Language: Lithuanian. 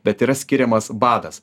bet yra skiriamas badas